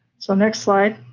so, next slide.